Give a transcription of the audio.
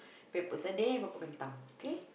epok-epok sardine epok-epok kentang kay